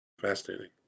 Fascinating